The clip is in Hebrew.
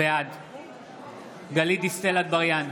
בעד גלית דיסטל אטבריאן,